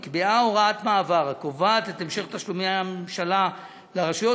נקבעה הוראת מעבר הקובעת את המשך תשלומי הממשלה לרשויות,